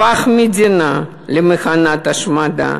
הפך מדינה למכונת השמד.